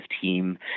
team